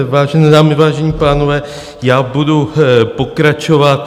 Vážené dámy, vážení pánové, já budu pokračovat.